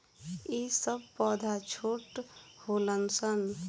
ई सब पौधा छोट होलन सन